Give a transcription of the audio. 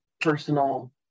personal